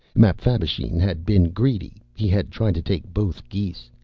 mapfabvisheen had been greedy he had tried to take both geese.